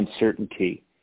uncertainty